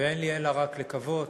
ואין לי אלא רק לקוות